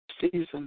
season